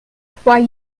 froid